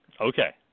Okay